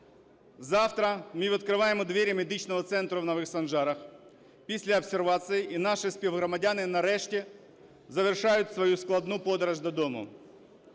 Завтра ми відкриваємо двері медичного центру в Нових Санжарах після обсервації, і наші співгромадяни нарешті завершають свою складну подорож додому.